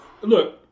look